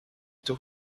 tôt